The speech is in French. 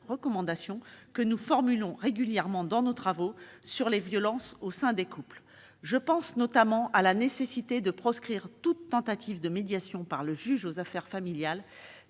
recommandations que nous formulons régulièrement dans nos travaux sur les violences au sein des couples. Je pense notamment à la nécessité de proscrire toute tentative de médiation par le juge aux affaires familiales,